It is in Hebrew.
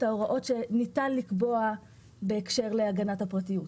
ההוראות שניתן לקבוע בהקשר להגנת הפרטיות.